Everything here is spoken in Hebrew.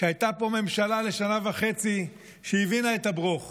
הוא שהייתה פה ממשלה לשנה וחצי שהבינה את הבְּרוֹך